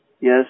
Yes